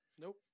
Nope